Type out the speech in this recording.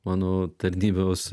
mano tarnybos